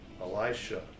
Elisha